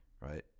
Right